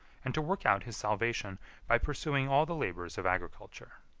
and to work out his salvation by pursuing all the labors of agriculture.